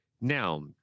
now